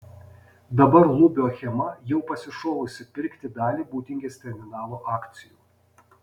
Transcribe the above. dabar lubio achema jau pasišovusi pirkti dalį būtingės terminalo akcijų